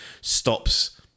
stops